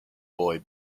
boy